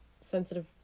sensitive